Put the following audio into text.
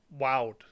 wowed